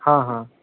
हँ हँ